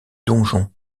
donjon